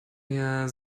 mir